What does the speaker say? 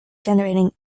generating